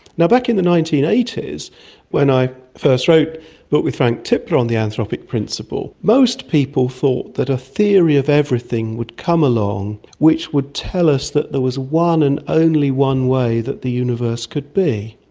and back in the nineteen eighty s when i first wrote but with frank tipler on the anthropic principle, most people thought that a theory of everything would come along which would tell us that there was one and only one way that the universe could be,